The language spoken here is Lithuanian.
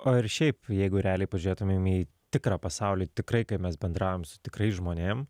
o ir šiaip jeigu realiai pažiūrėtumėm į tikrą pasaulį tikrai kai mes bendraujam su tikrais žmonėm